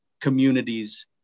communities